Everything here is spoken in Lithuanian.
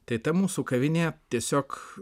tai ta mūsų kavinė tiesiog